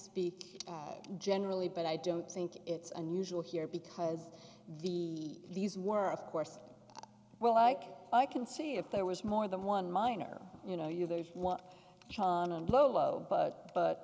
speak generally but i don't think it's unusual here because the these were of course well like i can see if there was more than one minor you know you there's what john and lolo but